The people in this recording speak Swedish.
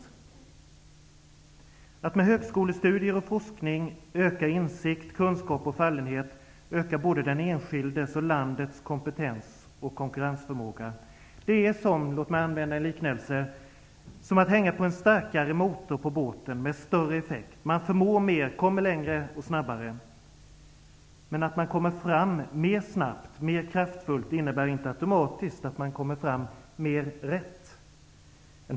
Genom att med högskolestudier och forskning öka insikt, kunskap och fallenhet ökas både den enskildes och landets kompetens och konkurrensförmåga. Det är som, för att använda en liknelse, att hänga en starkare motor, en motor med större effekt, på en båt. Man förmår mera, kommer längre och kommer snabbare fram. Men att man kommer fram snabbare och mera kraftfullt innebär inte automatiskt att man kommer fram mera rätt.